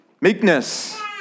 Meekness